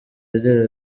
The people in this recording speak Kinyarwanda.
agira